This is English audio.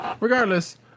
Regardless